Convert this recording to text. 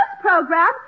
program